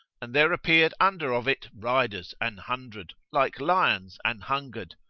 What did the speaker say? and there appeared under of it riders an hundred, like lions an-hungered.